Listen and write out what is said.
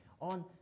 on